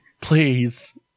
Please